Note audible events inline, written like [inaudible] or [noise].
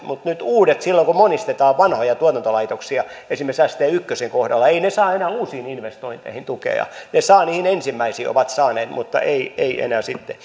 [unintelligible] mutta nyt uudet silloin kun monistetaan vanhoja tuotantolaitoksia esimerkiksi st yhden kohdalla eivät saa enää uusiin investointeihin tukea ne ovat saaneet niihin ensimmäisiin mutta eivät enää sitten [unintelligible]